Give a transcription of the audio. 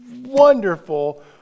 wonderful